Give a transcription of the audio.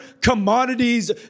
commodities